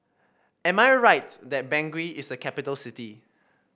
am I right that Bangui is a capital city